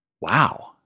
Wow